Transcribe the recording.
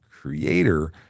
creator